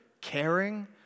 caring